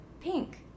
Pink